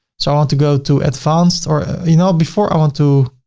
so i want to go to advanced, or you know, before i want to